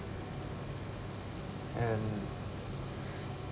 and